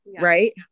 right